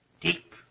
deep